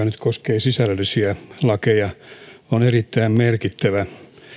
nyt koskee sisällöllisiä lakeja on erittäin merkittävä